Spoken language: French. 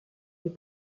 les